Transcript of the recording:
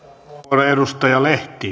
arvoisa